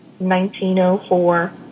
1904